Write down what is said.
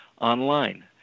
online